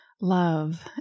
love